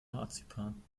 marzipan